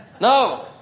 No